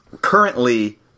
currently